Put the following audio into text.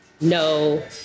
no